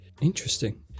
interesting